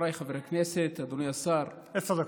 חבריי חברי הכנסת, אדוני השר, עשר דקות.